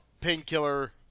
Painkiller